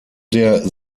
der